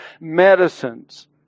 medicines